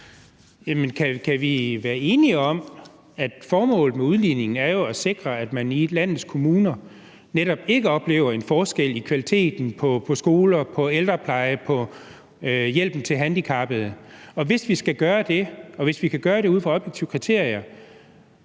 Kan vi være enige om, at formålet med udligningen jo er at sikre, at man i landets kommuner netop ikke oplever en forskel i kvaliteten på skoler, på ældrepleje, på hjælpen til handicappede? Og hvis vi skal gøre det, og hvis vi kan gøre det ud fra objektive kriterier,